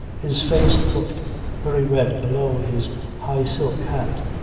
his face looked very red below his high silk hat.